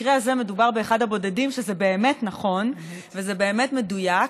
במקרה הזה מדובר באחד הבודדים שזה באמת נכון וזה באמת מדויק.